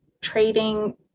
trading